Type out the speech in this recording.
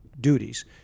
duties